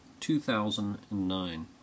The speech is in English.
2009